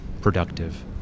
productive